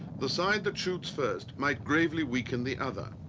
the side that shoots first might gravely weaken the other,